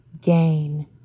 gain